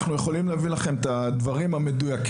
אנחנו יכולים להביא לכם את הדברים המדויקים,